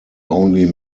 only